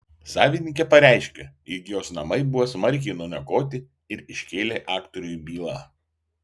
savininkė pareiškė jog jos namai buvo smarkiai nuniokoti ir iškėlė aktoriui bylą